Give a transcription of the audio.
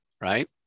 Right